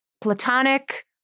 platonic